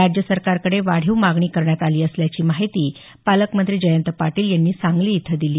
राज्य सरकारकडे वाढीव मागणी करण्यात आली असल्याची माहिती पालकमंत्री जयंत पाटील यांनी सांगली इथ दिली